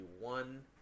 one